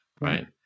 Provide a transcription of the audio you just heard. right